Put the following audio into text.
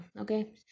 Okay